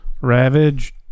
Ravage